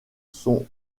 sont